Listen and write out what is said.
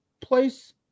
place